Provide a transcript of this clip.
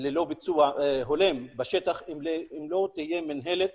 ללא ביצוע הולם בשטח, אם לא תהיה מנהלת